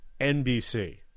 NBC